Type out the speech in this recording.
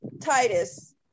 Titus